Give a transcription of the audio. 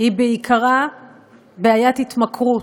היא בעיקרה בעיית התמכרות,